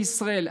בישראל.